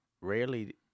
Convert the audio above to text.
rarely